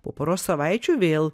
po poros savaičių vėl